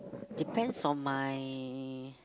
depends on my